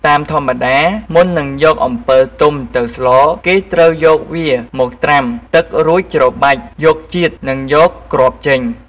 តាមធម្មតា មុននឹងយកអំពិលទុំទៅស្លគេត្រូវយកវាមកត្រាំទឹករួចច្របាច់យកជាតិនិងយកគ្រាប់ចេញ